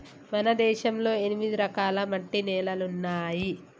మన దేశంలో ఎనిమిది రకాల మట్టి నేలలున్నాయి